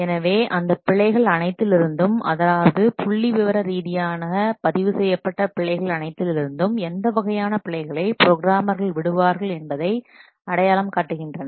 எனவே அந்த பிழைகள் அனைத்திலிருந்தும் அதாவதுபுள்ளிவிவர ரீதியாக பதிவு செய்யப்பட்ட பிழைகள் அனைத்திலிருந்தும் எந்த வகையான பிழைகளை ப்ரோக்ராமர்கள் விடுவார்கள் என்பதைஅடையாளம் காட்டுகின்றன